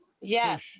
Yes